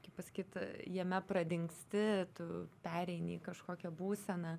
kaip pasakyt jame pradingsti tu pereini į kažkokią būseną